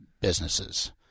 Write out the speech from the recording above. businesses